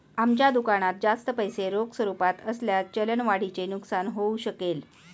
आमच्या दुकानात जास्त पैसे रोख स्वरूपात असल्यास चलन वाढीचे नुकसान होऊ शकेल